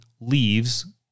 leaves